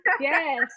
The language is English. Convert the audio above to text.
Yes